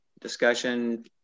discussion